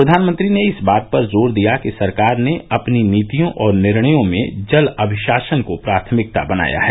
प्रधानमंत्री ने इस बात पर जोर दिया कि सरकार ने अपनी नीतियों और निर्णयों में जल अभिशासन को प्राथमिकता बनाया है